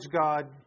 God